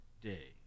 Day